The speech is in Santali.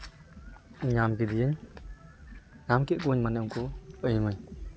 ᱧᱟᱢ ᱠᱮᱫᱮᱭᱟᱹᱧ ᱧᱟᱢ ᱠᱮᱫ ᱠᱚᱣᱟᱹᱧ ᱢᱟᱱᱮ ᱩᱱᱠᱩ ᱟᱹᱭᱼᱢᱟᱹᱭ